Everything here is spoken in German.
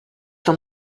noch